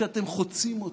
שאתם חוצים אותו,